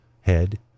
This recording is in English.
head